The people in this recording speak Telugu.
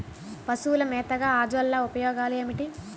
పశువుల మేతగా అజొల్ల ఉపయోగాలు ఏమిటి?